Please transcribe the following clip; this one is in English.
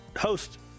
host